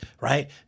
right